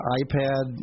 iPad